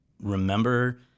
remember